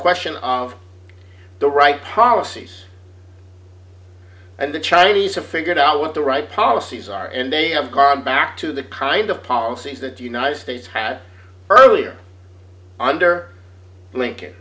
question of the right policies and the chinese have figured out what the right policies are and they have gone back to the kind of policies that the united states had earlier under lincoln